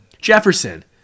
Jefferson